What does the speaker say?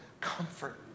comfort